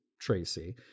Tracy